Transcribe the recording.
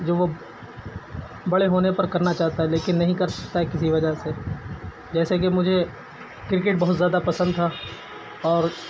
جو وہ بڑے ہونے پر کرنا چاہتا ہے لیکن ںہیں کر سکتا کسی وجہ سے جیسے کہ مجھے کرکٹ بہت زیادہ پسند تھا اور